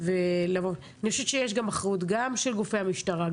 אני חושבת שיש אחריות של גופי המשטרה,